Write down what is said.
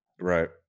Right